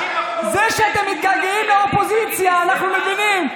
זה שאתם מתגעגעים לאופוזיציה אנחנו מבינים.